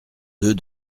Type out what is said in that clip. deux